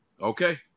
Okay